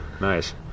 Nice